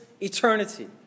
eternity